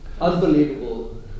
Unbelievable